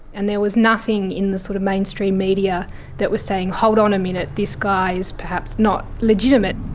and there was nothing in the sort of mainstream media that was saying hold on a minute, this guy is perhaps not legitimate.